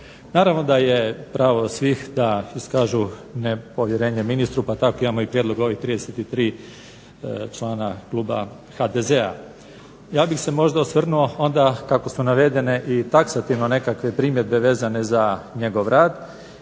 Naravno da je pravo svih da iskažu nepovjerenje ministru pa tako imamo i prijedlog ovih 33 člana kluba HDZ-a. Ja bih se možda osvrnuo onda kako su navedene i taksativno nekakve primjedbe vezane za njegov rad